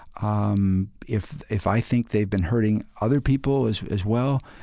um if if i think they've been hurting other people as as well,